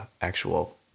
actual